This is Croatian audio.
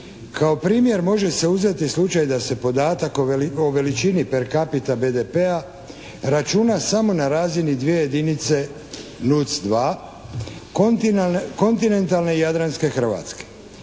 Kao primjer može se uzeti slučaj da se podatak o veličini per capita bedepea računa samo na razini dvije jedinice nuc 2 kontinentalne Jadranske Hrvatske.